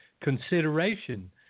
consideration